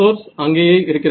source அங்கே இருக்கிறது